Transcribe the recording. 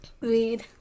Read